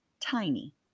Tiny